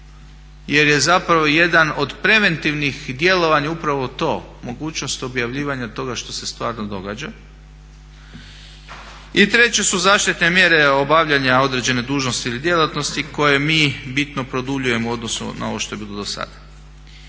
jer je jedan od preventivnih djelovanja upravo to mogućnost objavljivanja toga što se stvarno događa. I treće su zaštitne mjere obavljanja određene dužnosti ili djelatnosti koje mi bitno produljujemo u odnosu na ovo što je bilo do sada.